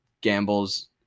gambles